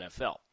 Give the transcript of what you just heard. NFL